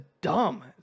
dumb